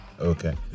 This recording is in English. okay